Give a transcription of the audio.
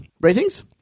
Ratings